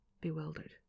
bewildered